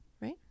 right